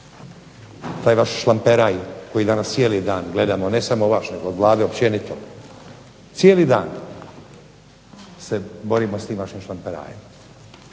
taj vaš šlamperaj koji danas cijeli dan gledamo ne samo vaš nego Vlade općenito, cijeli dan se borimo s tim vašim šlamperajem.